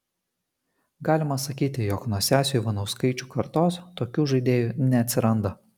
galima sakyti jog nuo sesių ivanauskaičių kartos tokių žaidėjų neatsiranda